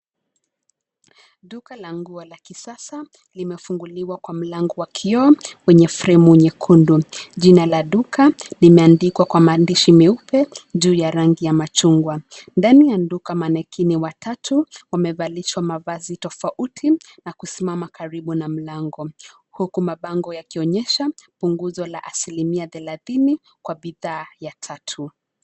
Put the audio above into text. Duka la nguo la kisasa limefunguliwa kwa mlango wa kioo wenye fremu nyekundu, jina la duka limeandikwa kwa maandishi meupe juu ya rangi ya machungwa, ndani ya duka manekini watatu wamevalishwa mavazi tofauti na kusimama karibu na mlango, huku mabango yakionyesha punguzo la asilimia thelathini kwa bidhaa ya tatu.